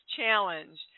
challenge